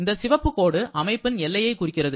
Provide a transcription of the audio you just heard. இந்த சிவப்பு கோடு அமைப்பின் எல்லையை குறிக்கிறது